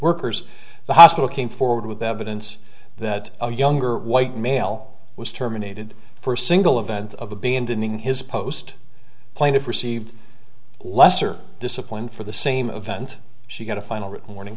workers the hospital came forward with evidence that a younger white male was terminated for a single event of abandoning his post plaintiff received lesser discipline for the same event she got a final written warning